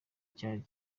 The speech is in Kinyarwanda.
cyari